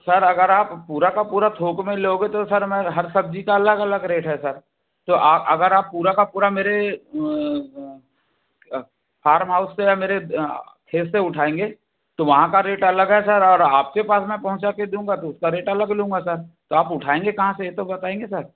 sir अगर आप पूरा का पूरा थोक में लोगे तो सर मैं हर सब्जी का अगर अलग रेट है सर तो आप अगर आप पूरा का पूरा मेरे फार्महाउस से या मेरे खेत से उठाएंगे तो वहाँ का रेट अलग है सर और आपके पास मैं पहुँचा दूँगा तो उसका रेट अलग लूँगा सर तो आप उठाएंगे कहाँ से ये तो बताएंगे सर